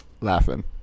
laughing